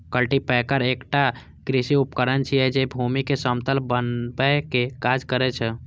cultipacker एकटा कृषि उपकरण छियै, जे भूमि कें समतल बनबै के काज करै छै